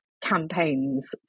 campaigns